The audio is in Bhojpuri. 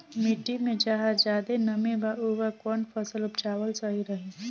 मिट्टी मे जहा जादे नमी बा उहवा कौन फसल उपजावल सही रही?